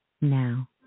now